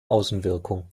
außenwirkung